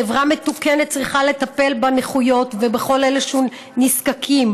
חברה מתוקנת צריכה לטפל בנכויות ובכל אלה שנזקקים,